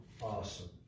awesome